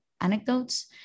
anecdotes